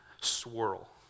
swirl